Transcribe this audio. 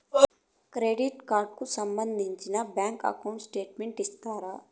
Credit card కు సంబంధించిన bank account statement ఇస్తారా?